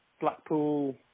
Blackpool